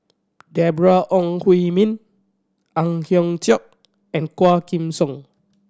Deborah Ong Hui Min Ang Hiong Chiok and Quah Kim Song